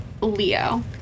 Leo